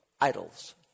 idols